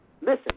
Listen